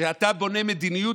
כשאתה בונה מדיניות,